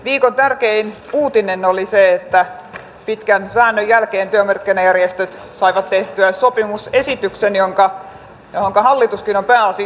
viikon tärkein uutinen oli se että pitkän väännön jälkeen työmarkkinajärjestöt saivat tehtyä sopimusesityksen johonka hallituskin on pääosin sitoutunut